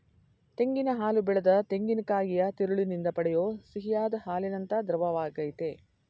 ತೆಂಗಿನ ಹಾಲು ಬೆಳೆದ ತೆಂಗಿನಕಾಯಿಯ ತಿರುಳಿನಿಂದ ಪಡೆಯೋ ಸಿಹಿಯಾದ್ ಹಾಲಿನಂಥ ದ್ರವವಾಗಯ್ತೆ